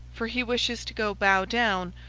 for he wishes to go bow down,